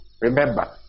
Remember